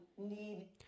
need